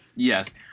Yes